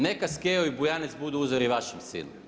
Neka Skejo i Bujanec budu uzori vašem sinu.